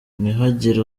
ntihagire